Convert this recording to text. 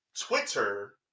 Twitter